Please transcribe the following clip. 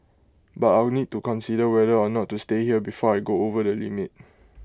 but I'll need to consider whether or not to stay here before I go over the limit